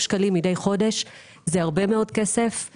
שקלים מדי חודש וזה הרבה מאוד כסף.